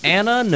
Anna